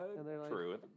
true